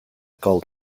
cold